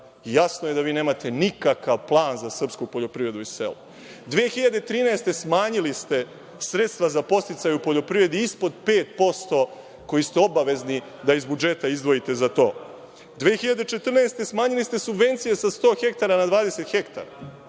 Jasno je da vi nemate nikakav plan za srpsku poljoprivredu i selo. Godine 2013. smanjili ste sredstva za podsticaj u poljoprivredi ispod 5% koje ste obavezni da iz budžeta izdvojite za to. Godine 2014. smanjili ste subvencije sa 100 hektara na 20 hektara.